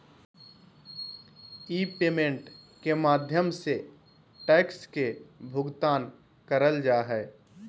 ई payment के माध्यम से टैक्स के भुगतान करल जा हय